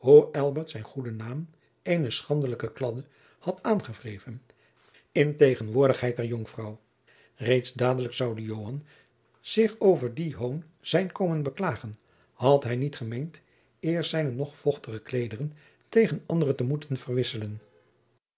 zijn goeden naam eene schandelijke kladde had aangewreven in tegenwoordigheid der jonkvrouw reeds dadelijk zoude joan zich over dien hoon zijn komen beklagen had hij niet gemeend eerst zijne nog vochtige kleederen tegen andere te moeten verwisselen